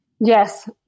Yes